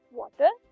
water